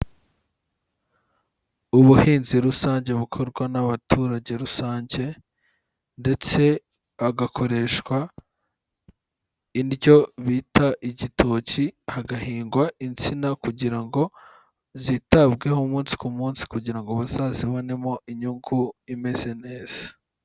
Ubuhinzi rusange bukorwa n'abaturage rusange ndetse agakoreshwa indyo bita igitoki, hagahingwa insina kugira ngo zitabweho umunsi ku munsi kugira ngo bazazibonemo inyungu imeze neza.